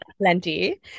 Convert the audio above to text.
plenty